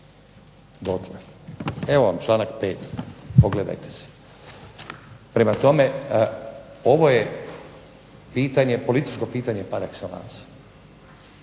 Evo vam članak 5., pogledajte si. Prema tome, ovo je pitanje, političko pitanje par exellance.